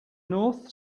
north